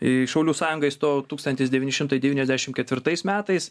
į šaulių sąjungą įstojau tūkstantis devyni šimtai devyniasdešim ketvirtais metais